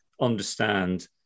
understand